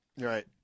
right